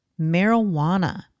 Marijuana